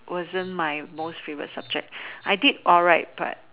wasn't my most favorite subjects I did alright but